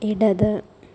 ഇടത്